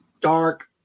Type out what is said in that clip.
dark